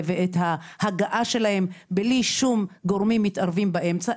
ואת ההגעה שלהם בלי שום גורמים מתערבים באמצע.